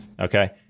Okay